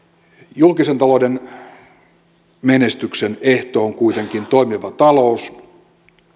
julkisen talouden menestyksen ehto on kuitenkin toimiva talous